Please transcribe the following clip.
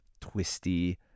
twisty